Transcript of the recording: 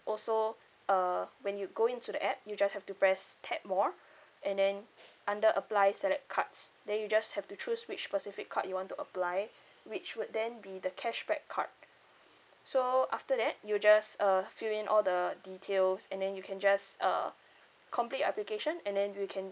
also uh when you go into the app you just have to press tap more and then under apply select cards then you just have to choose which specific card you want to apply which would then be the cashback card so after that you just uh fill in all the details and then you can just uh complete your application and then we can